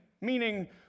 meaning